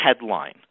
headline